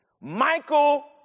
Michael